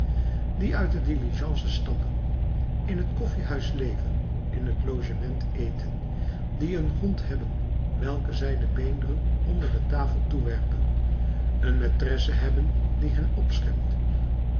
die uit de diligences stappen in t koffiehuis leven in t logement eten die een hond hebben welke zij de beenderen onder de tafel toewerpen een maîtresse hebben die hen opschept